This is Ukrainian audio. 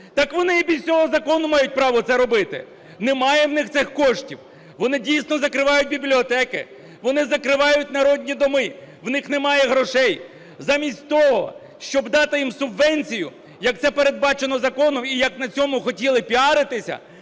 Так вони і без цього закону мають право це робити. Немає в них цих коштів. Вони, дійсно, закривають бібліотеки, вони закривають народні доми, у них немає грошей. Замість того, щоб дати їм субвенцію, як це передбачено законом і як на цьому хотіли піаритися,